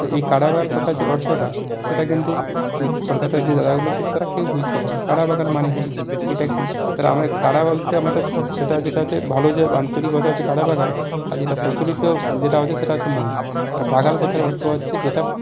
তো এই কারাবাগাল কথার যে অর্থটা সেটা কিন্তু কলকাতার যে দাদাগুলো ছিল তারা কেউ বুঝতে পারেনি কারাবাগাল মানে কী এটা কী তারা আমায় কারা বলতে আমাদের সেটা যেটা হচ্ছে ভালো যে আঞ্চলিক ভাষা হচ্ছে কারাবাগাল আর এটা প্রচলিত যেটা হচ্ছে সেটা হচ্ছে মহিষ আর বাগাল কথার অর্থ হচ্ছে যেটা